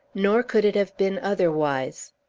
nor could it have been otherwise.